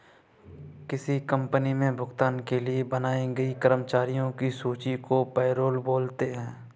किसी कंपनी मे भुगतान के लिए बनाई गई कर्मचारियों की सूची को पैरोल बोलते हैं